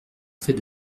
fait